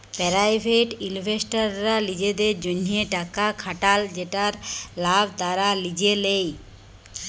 private ইলভেস্টাররা লিজেদের জ্যনহে টাকা খাটাল যেটর লাভ তারা লিজে লেই